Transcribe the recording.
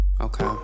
Okay